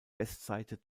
westseite